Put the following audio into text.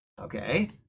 okay